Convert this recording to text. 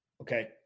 okay